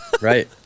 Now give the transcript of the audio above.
Right